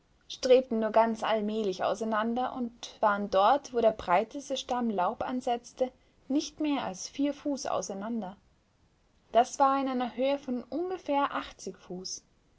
strebten nur ganz allmählich auseinander und waren dort wo der breiteste stamm laub ansetzte nicht mehr als vier fuß auseinander das war in einer höhe von ungefähr achtzig fuß